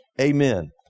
Amen